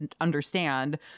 understand